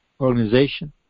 organization